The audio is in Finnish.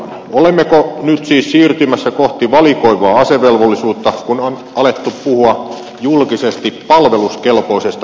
olemmeko nyt siis siirtymässä kohti valikoivaa asevelvollisuutta kun on alettu puhua julkisesti palveluskelpoisesta ikäluokasta